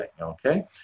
okay